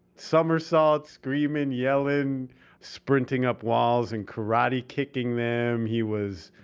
somersaults, screaming, yelling sprinting up walls and karate, kicking them. he was,